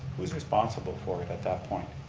who's responsible for it at that point?